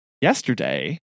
yesterday